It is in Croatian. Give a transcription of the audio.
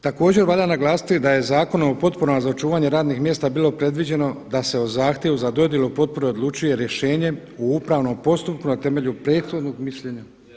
Također valja naglasiti da je Zakonom o potporama za očuvanje radnih mjesta bilo predviđeno da se o zahtjevu za dodjelu potpora odlučuje rješenjem u upravnom postupku na temelju prethodnog mišljenja.